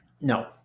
No